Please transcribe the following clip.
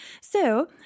So